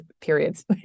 periods